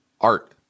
art